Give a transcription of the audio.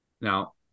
now